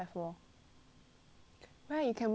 right you can wear heels eh think about it